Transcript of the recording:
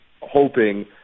hoping